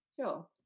Sure